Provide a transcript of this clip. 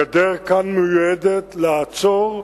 הגדר כאן מיועדת לעצור,